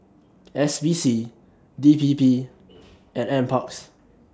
S P C D P P and NParks